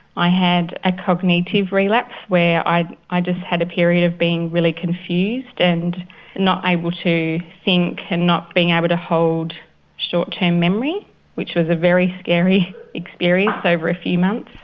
i had a cognitive relapse where i i just had a period of being really confused and not able to think and not being able to hold short term memory which was a very scary experience over a few months.